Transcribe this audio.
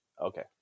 Okay